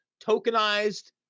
tokenized